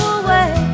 away